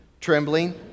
Trembling